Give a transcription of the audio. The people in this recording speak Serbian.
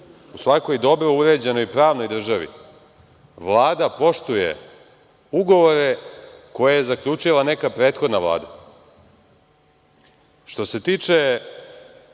u svakoj dobro uređenoj pravnoj državi Vlada poštuje ugovore koje je zaključila neka prethodna Vlada. Što se tiče